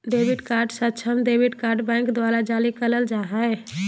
debit card सक्षम debit card bank द्वारा जारी करल जा हइ